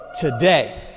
today